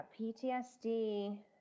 PTSD